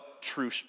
true